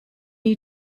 you